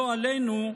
לא עלינו,